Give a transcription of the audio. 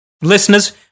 Listeners